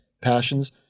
passions